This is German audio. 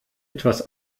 etwas